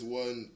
one